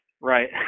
right